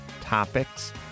topics